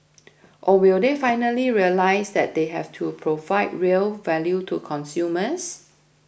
or will they finally realise that they have to provide real value to consumers